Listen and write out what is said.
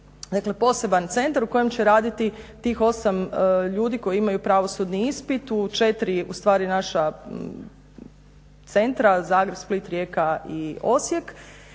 dakle poseban centar u kojem će raditi tih 8 ljudi koji imaju pravosudni ispit u četiri ustvari naša centra Zagreb, Split, Rijeka i Osijek